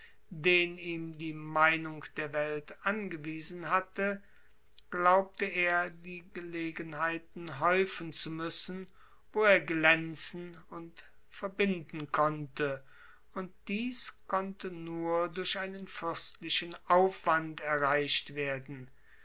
den ihm die meinung der welt angewiesen hatte glaubte er die gelegenheiten häufen zu müssen wo er glänzen und verbinden konnte und dies konnte nur durch einen fürstlichen aufwand erreicht werden